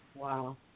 Wow